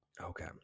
Okay